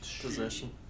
possession